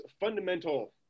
fundamental